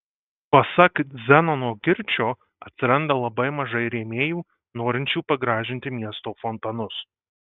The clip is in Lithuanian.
pasak zenono girčio atsiranda labai mažai rėmėjų norinčių pagražinti miesto fontanus